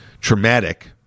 traumatic